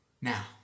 Now